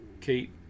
Kate